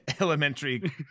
elementary